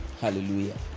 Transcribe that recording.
Hallelujah